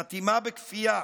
חתימה בכפייה.